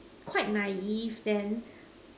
quite naive then